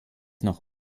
noch